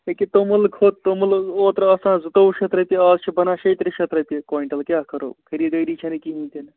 أکیٛاہ توٚمُل کھوٚت توٚمُل اوٚترٕ آسان زٕتووُہ شیٚتھ رۄپیہِ آز چھِ بنان شیٚترٛہ شیٚتھ رۄپیہِ کۄینٹَل کیٛاہ کَرَو خریٖداری چھِنہٕ کِہیٖنۍ تِنہٕ